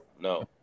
no